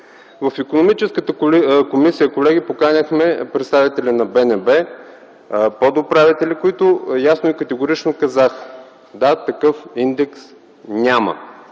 В Икономическата комисия, колеги, поканихме представители на БНБ – подуправители, които ясно и категорично казаха: „Да, такъв индекс няма,